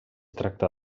tracta